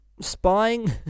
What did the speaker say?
Spying